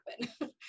happen